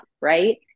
right